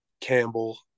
Campbell